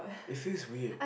it feels from him